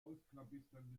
ausklabüstern